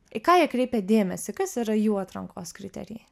į ką jie kreipia dėmesį kas yra jų atrankos kriterijai